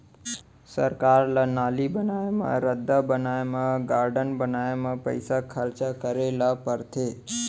सरकार ल नाली बनाए म, रद्दा बनाए म, गारडन बनाए म पइसा खरचा करे ल परथे